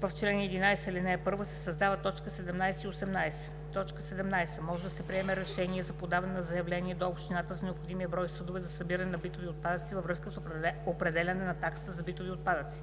в чл. 11, ал. 1 се създават т. 17 и 18: „17. може да приеме решение за подаване на заявление до общината за необходимия брой съдове за събиране на битови отпадъци във връзка с определяне на таксата за битовите отпадъци;